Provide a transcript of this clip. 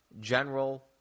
general